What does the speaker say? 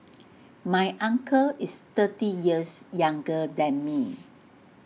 my uncle is thirty years younger than me